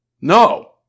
No